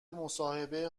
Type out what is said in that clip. مصاحبه